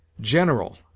General